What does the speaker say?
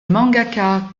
mangaka